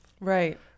right